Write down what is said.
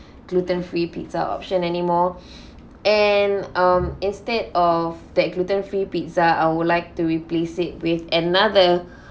gluten free pizza option anymore and um instead of that gluten free pizza I would like to replace it with another